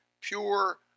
pure